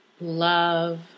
love